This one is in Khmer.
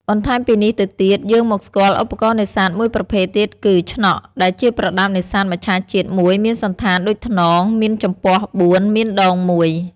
បន្ថែមពីនេះទៅទៀត យើងមកស្គាល់ឧបករណ៍នេសាទមួយប្រភេទទៀតគឺ ឈ្នក់ ដែលជាប្រដាប់នេសាទមច្ឆជាតិមួយមានសណ្ឋានដូចថ្នង មានចំពាស់៤ មានដង១។